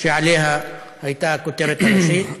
שעליה הייתה הכותרת הראשית,